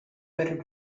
better